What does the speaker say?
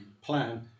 plan